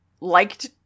liked